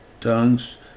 tongues